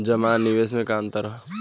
जमा आ निवेश में का अंतर ह?